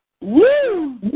Woo